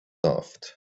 loved